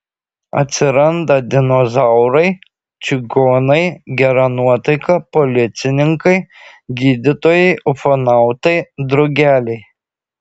atsiranda dinozaurai čigonai gera nuotaika policininkai gydytojai ufonautai drugeliai